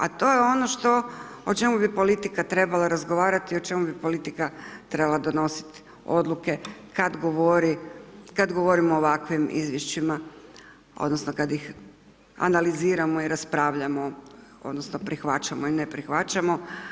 A to je ono što, o čemu bi politika trebala razgovarati, o čemu bi politika trebala donositi odluke kad govorimo o ovakvim izvješćima odnosno kad ih analiziramo i raspravljamo odnosno prihvaćamo i ne prihvaćamo.